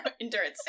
endurance